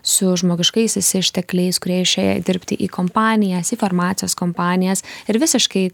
su žmogiškaisiais ištekliais kurie išėję dirbti į kompanijas į farmacijos kompanijas ir visiškai